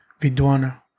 Vidwana